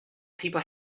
people